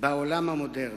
בעולם המודרני.